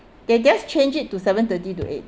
they just change it to seven thirty to eight